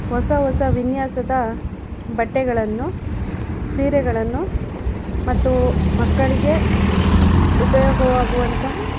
ಹೊಸ ಹೊಸ ವಿನ್ಯಾಸದ ಬಟ್ಟೆಗಳನ್ನು ಸೀರೆಗಳನ್ನು ಮತ್ತು ಮಕ್ಕಳಿಗೆ ಉಪಯೋಗವಾಗುವಂತಹ